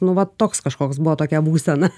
nu va toks kažkoks buvo tokia būsena